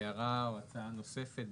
הערה או הצעה נוספת.